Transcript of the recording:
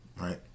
right